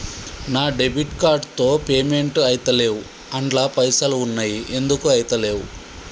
నా debit card తో payment ఐతలేవ్ అండ్ల పైసల్ ఉన్నయి ఎందుకు ఐతలేవ్?